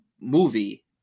movie